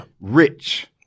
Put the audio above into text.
rich